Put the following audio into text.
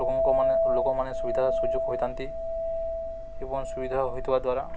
ଲୋକଙ୍କ ମାନେ ଲୋକମାନେ ସୁବିଧା ସୁଯୋଗ ହୋଇଥାନ୍ତି ଏବଂ ସୁବିଧା ହୋଇଥିବା ଦ୍ୱାରା